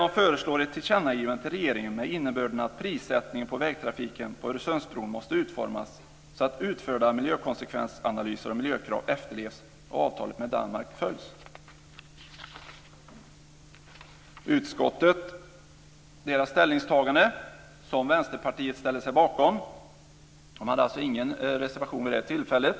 Där föreslår man ett tillkännagivande till regeringen med innebörden att prissättningen på vägtrafiken på Öresundsbron måste utformas så att utförda miljökonsekvensanalyser och miljökrav efterlevs och avtalet med Danmark följs. Vänsterpartiet ställde sig bakom utskottets ställningstagande, och hade alltså ingen reservation vid tillfället.